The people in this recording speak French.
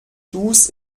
tous